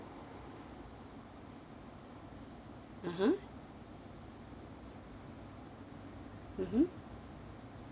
(uh huh) mmhmm